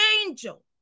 angel